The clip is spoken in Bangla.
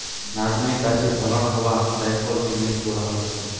নাটমেগ গাছে ফলন হোয়া জায়ফলকে মেস বোলা হচ্ছে